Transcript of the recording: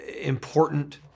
important